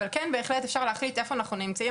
אבל כן בהחלט אפשר להחליט איפה אנחנו נמצאים